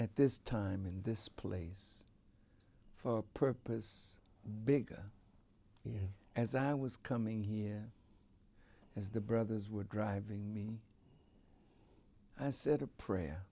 at this time in this place for a purpose bigger as i was coming here as the brothers were driving me i said a prayer